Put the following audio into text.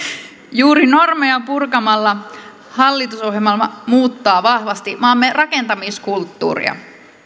juuri normeja purkamalla hallitusohjelma muuttaa vahvasti maamme rakentamiskulttuuria